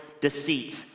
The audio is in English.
deceit